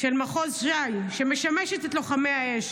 של מחוז ש"י, שמשמשת את לוחמי האש